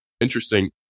interesting